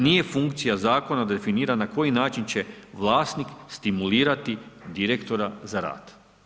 Nije funkcija zakona definirana na koji način će vlasnik stimulirati direktora za rad.